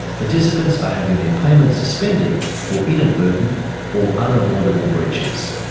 participants are having their payments suspended for inadvertent or unavoidable breaches.